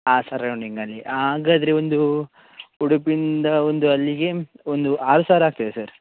ಹಾಂ ಸರೌಂಡಿಂಗಲ್ಲಿ ಹಾಗಾದ್ರೆ ಒಂದೂ ಉಡುಪಿಯಿಂದ ಒಂದು ಅಲ್ಲಿಗೆ ಒಂದು ಆರು ಸಾವಿರ ಆಗ್ತದೆ ಸರ್